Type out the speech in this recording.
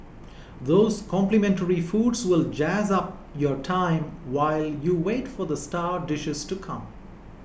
those complimentary foods will jazz up your time while you wait for the star dishes to come